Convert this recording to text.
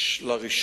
תודה רבה על התשובה,